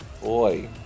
Boy